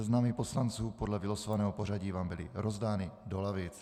Seznamy poslanců podle vylosovaného pořadí vám byly rozdány do lavic.